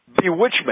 bewitchment